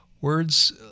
words